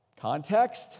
context